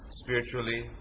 spiritually